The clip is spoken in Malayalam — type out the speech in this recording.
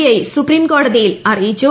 ഐ സുപ്രീം കോടതിയിൽ അറിയിച്ചു